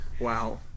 Wow